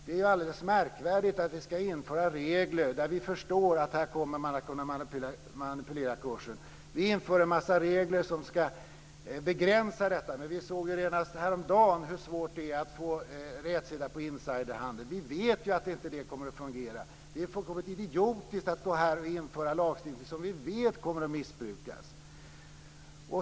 Det är alldeles märkvärdigt att vi ska införa regler som vi förstår kommer att leda till att man kan manipulera kurser. Vi inför en massa regler som ska begränsa detta, men vi såg senast häromdagen hur svårt det är att få rätsida på insiderhandeln. Vi vet ju att det inte kommer att fungera. Det är fullkomligt idiotiskt att införa lagstiftning som vi vet kommer att missbrukas.